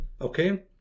okay